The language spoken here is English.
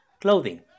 Clothing